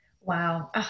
Wow